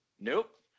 nope